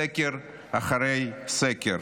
סקר אחרי סקר: